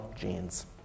genes